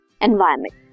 environment